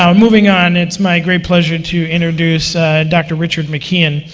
um moving on, it's my great pleasure to introduce dr. richard mckeon.